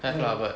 have lah but